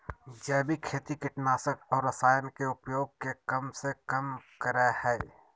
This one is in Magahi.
जैविक खेती कीटनाशक और रसायन के उपयोग के कम से कम करय हइ